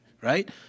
right